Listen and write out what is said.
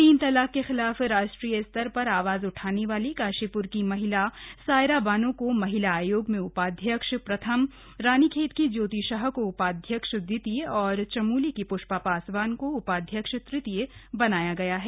तीन तलाक के खिलाफ राष्ट्रीय स्तर पर आवाज उठाने वाली काशीप्र की महिला सायरा बानों को महिला आयोग में उपाध्यक्ष प्रथम रानीखेत की ज्योति शाह को उपाध्यक्ष द्वितीय और चमोली की प्ष्पा पासवान को उपाध्यक्ष तृतीय बनाया गया है